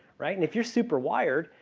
right? and if you're super wired,